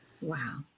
Wow